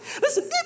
Listen